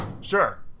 Sure